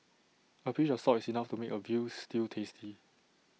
A pinch of salt is enough to make A Veal Stew tasty